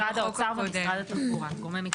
משרד האוצר ומשרד התחבורה, גורמי מקצוע.